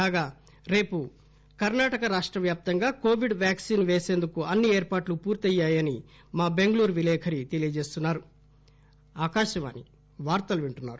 కాగా రేపు రాష్ట వ్యాప్తంగా కొవిడ్ వ్యాక్సిన్ పేసందుకు అన్ని ఏర్పాట్లు పూర్తయ్యాయని మా బెంగుళూరు విలేఖరి తెలియజేస్తున్నారు